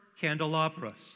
candelabras